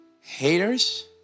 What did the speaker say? haters